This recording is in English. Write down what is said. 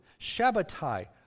Shabbatai